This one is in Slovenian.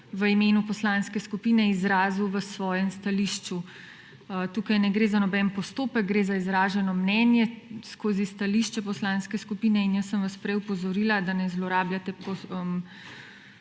v imenu poslanske skupine izrazil v svojem stališču. Tukaj ne gre za noben postopek, gre za izraženo mnenje skozi stališče poslanske skupine in jaz sem vas prej opozorila, da ne zlorabljate